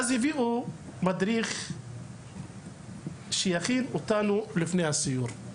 הם הביאו מדריך להכנה לפני הסיור.